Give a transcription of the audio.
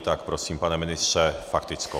Tak prosím, pane ministře, faktickou.